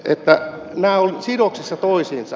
nämä ovat sidoksissa toisiinsa